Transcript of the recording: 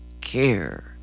care